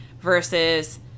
versus